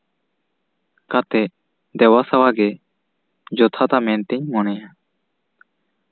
ᱠᱟᱛᱮᱜ ᱫᱮᱵᱟ ᱥᱮᱵᱟᱜᱮ ᱡᱚᱛᱷᱟᱛᱟ ᱢᱮᱱᱛᱤᱧ ᱢᱚᱱᱮᱭᱟ